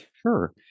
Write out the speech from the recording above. Sure